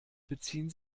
beziehen